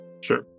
Sure